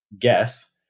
guess